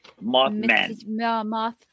moth